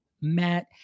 Matt